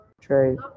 trade